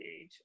age